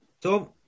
Tom